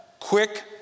Quick